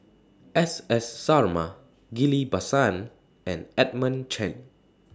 S S Sarma Ghillie BaSan and Edmund Chen